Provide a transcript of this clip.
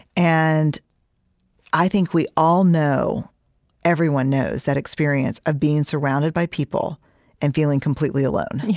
and i think we all know everyone knows that experience of being surrounded by people and feeling completely alone and yeah